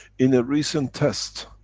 in a recent test,